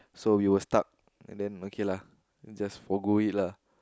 so you were stuck then okay lah just forgo it lah